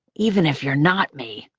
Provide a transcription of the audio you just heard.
even if you're not me.